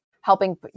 helping